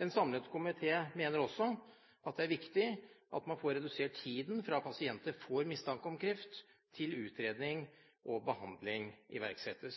En samlet komité mener også at det er viktig at man får redusert tiden fra pasienter får mistanke om kreft, til utredning og behandling iverksettes.